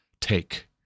take